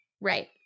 Right